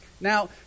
Now